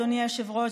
אדוני היושב-ראש,